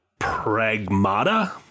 Pragmata